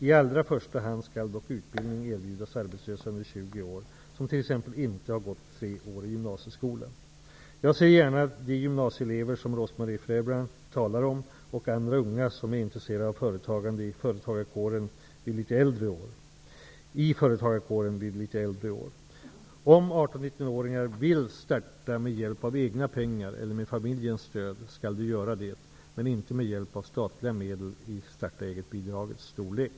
I allra första hand skall dock utbildning erbjudas arbetslösa under 20 år som t.ex. inte har gått tre år i gymnasieskola. Jag ser gärna de gymnasieelever som Rose-Marie Frebran talar om, och andra unga som är intresserade av företagande, i företagarkåren vid litet äldre år. Om 18 och 19-åringar vill starta med hjälp av egna pengar eller med familjens stöd skall de göra det, men inte med hjälp av statliga medel i starta-eget-bidragets storlek.